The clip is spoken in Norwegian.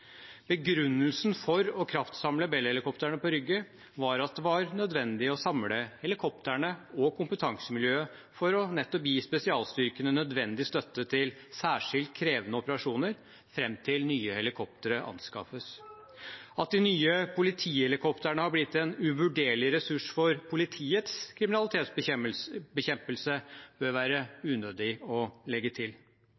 Begrunnelsen for å kraftsamle Bell-helikoptrene på Rygge var at det var nødvendig å samle helikoptrene og kompetansemiljøet for nettopp å gi spesialstyrkene nødvendig støtte til «særskilt krevende operasjoner» fram til nye helikoptre anskaffes. At de nye politihelikoptrene har blitt en uvurderlig ressurs for politiets kriminalitetsbekjempelse, bør være